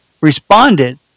responded